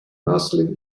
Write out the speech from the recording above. muslim